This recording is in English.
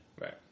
Right